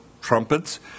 Trumpets